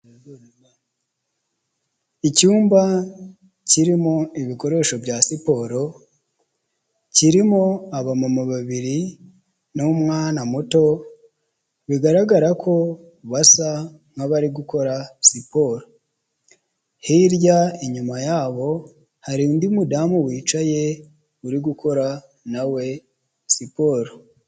Icyumba kirimo ibikoresho bya siporo, kirimo aba mama babiri n’umwana muto bigaragara ko basa nkabari gukora siporo, hirya inyuma yabo har’undi mudamu wicaye uri gukora nawe siporo.